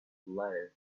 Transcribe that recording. lettuce